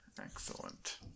Excellent